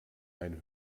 ein